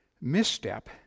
misstep